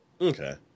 Okay